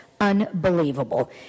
unbelievable